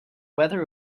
weather